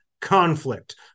conflict